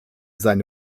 seine